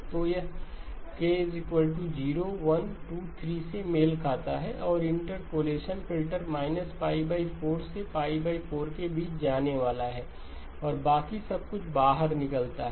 तो यह k 01 23 से मेल खाता है और इंटरपोलेशन फ़िल्टर −π 4 से 4 के बीच जाने वाला है और बाकी सब कुछ बाहर निकालता है